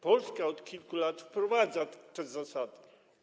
Polska od kilku lat wprowadza tę zasadę.